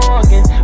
again